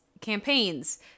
campaigns